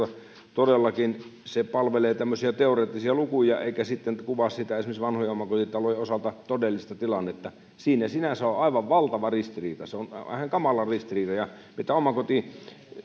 todellakin se palvelee tämmöisiä teoreettisia lukuja eikä sitten kuvaa esimerkiksi vanhojen omakotitalojen osalta todellista tilannetta siinä on sinänsä aivan valtava ristiriita se on ihan kamala ristiriita mitä